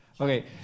Okay